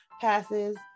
passes